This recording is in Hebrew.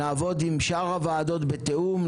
נעבוד עם שאר הוועדות בתיאום,